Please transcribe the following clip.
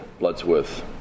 Bloodsworth